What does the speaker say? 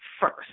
first